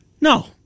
no